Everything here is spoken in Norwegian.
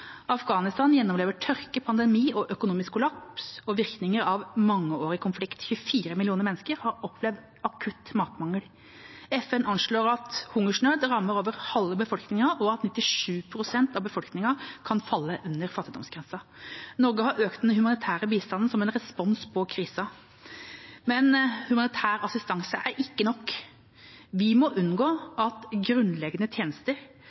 Afghanistan gjennomlever tørke, pandemi, økonomisk kollaps og virkninger av mangeårig konflikt. 24 millioner mennesker har opplevd akutt matmangel. FN anslår at hungersnød rammer over halve befolkningen, og at 97 pst. av befolkningen kan falle under fattigdomsgrensen. Norge har økt den humanitære bistanden som en respons på krisen, men humanitær assistanse er ikke nok. Vi må unngå at grunnleggende tjenester